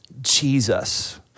Jesus